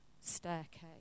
staircase